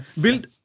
Build